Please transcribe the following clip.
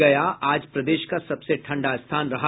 गया आज प्रदेश का सबसे ठंडा स्थान रहा